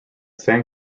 san